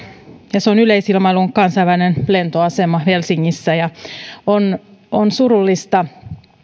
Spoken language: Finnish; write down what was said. ja se on yleisilmailun kansainvälinen lentoasema helsingissä on on surullista